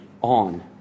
on